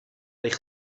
eich